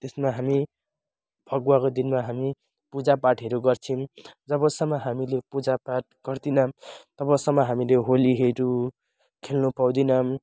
त्यसमा हामी फगुवाको दिनमा हामी पूजापाठहरू गर्छौँ जबसम्म हामीले पूजापाठ गर्दैनौँ तबसम्म हामीले होलीहरू खेल्न पाउँदिनौँ